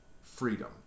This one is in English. freedom